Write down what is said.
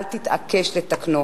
אל תתעקש לתקנו.